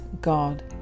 God